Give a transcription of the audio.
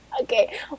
Okay